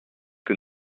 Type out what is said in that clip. que